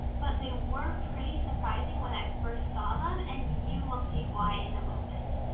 but they were pretty surprising when i first saw them and you will see why in a moment.